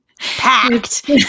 packed